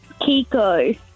Kiko